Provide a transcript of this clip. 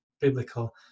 biblical